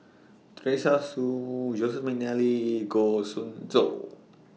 Teresa Hsu Joseph Mcnally Goh Soon Tioe